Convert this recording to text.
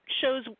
shows